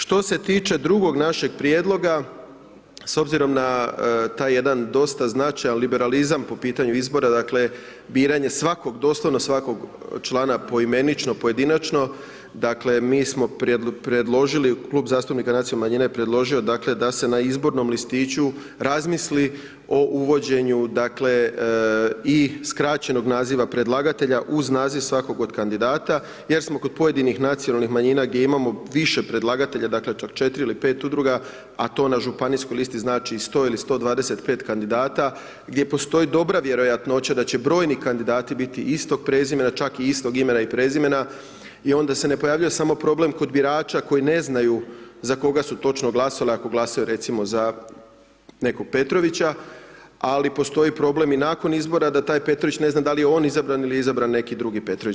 Što se tiče drugog našeg prijedloga, s obzirom na taj jedan dosta značajan liberalizam po pitanju izbora, dakle, biranje svakog, doslovno svakog člana poimenično, pojedinačno, dakle, mi smo predložili, Klub zastupnika Nacionalnih manjina je predložio da se na izbornom listiću, razmisli o uvođenju dakle i skraćenog naziva predlagatelja, uz naziv svakog od kandidata, jer smo kod pojedinih nacionalnih manjina, gdje imamo više predlagatelja, dakle, 4 ili 5 udruga, a to na županijskoj listi znači 100 ili 125 kandidata gdje postoji dobra vjerojatnoća da će brojni kandidati biti istog prezimena, čak i istog imena i prezimena, i onda se ne pojavljuje samo problem kod birača koji ne znaju za koga su točno glasali, ako glasuju recimo za nekog Petrovića, ali postoji problem i nakon izbora, da taj Petrović ne zna da li je on izabran ili je izabran neki drugi Petrović.